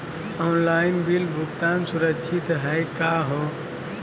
Online bill भुगतान सुरक्षित हई का हो?